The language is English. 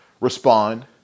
respond